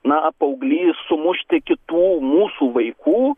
na paauglys sumušti kitų mūsų vaikų